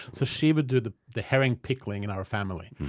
so she would do the the herring pickling in our family.